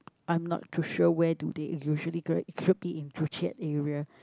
I'm not too sure where do they usually could be in Joo Chiat area